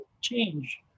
change